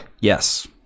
Yes